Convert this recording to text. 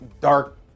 dark